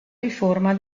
riforma